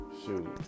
shoot